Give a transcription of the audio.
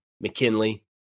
McKinley